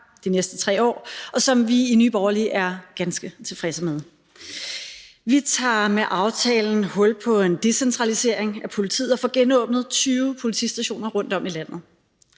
de næste 3 år, og som vi i Nye Borgerlige er ganske tilfredse med. Vi tager med aftalen hul på en decentralisering af politiet og får genåbnet 20 politistationer rundtom i landet.